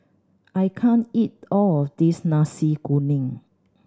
I can't eat all of this Nasi Kuning